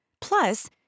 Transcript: Plus